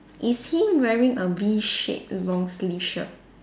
is he wearing a V shape long sleeve shirt